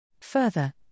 Further